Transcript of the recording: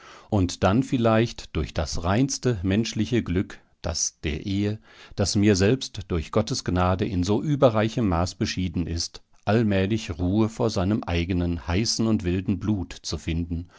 und dann vielleicht durch das reinste menschliche glück das der ehe das mir selbst durch gottes gnade in so überreichem maß beschieden ist allmählich ruhe vor seinem eigenen heißen und wilden blut zu finden